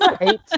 right